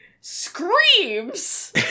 screams